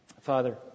Father